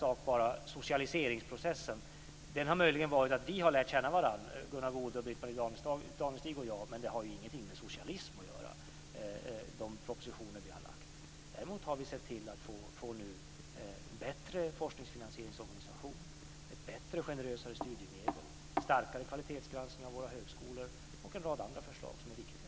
Det talades om socialiseringsprocessen. Den har möjligen varit att vi har lärt känna varandra, Gunnar Goude, Britt-Marie Danestig och jag. Men de propositioner vi har lagt fram har ingenting med socialism att göra. Däremot har vi nu sett till att få en bättre organisation för forskningsfinansiering, bättre och generösare studiemedel, starkare kvalitetsgranskning av våra högskolor och att genomföra en rad andra förslag som är viktiga.